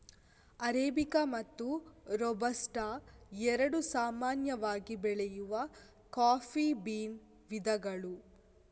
arabica ಮತ್ತು robusta ಎರಡು ಸಾಮಾನ್ಯವಾಗಿ ಬೆಳೆಯುವ ಕಾಫಿ ಬೀನ್ ವಿಧಗಳು